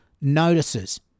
notices